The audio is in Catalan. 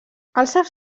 els